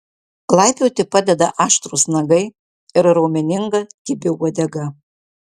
laipioti padeda aštrūs nagai ir raumeninga kibi uodega